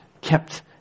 kept